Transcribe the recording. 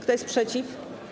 Kto jest przeciw?